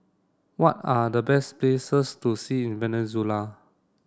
what are the best places to see in Venezuela